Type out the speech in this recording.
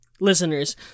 listeners